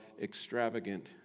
extravagant